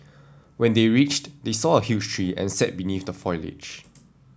when they reached they saw a huge tree and sat beneath the foliage